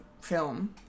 film